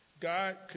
God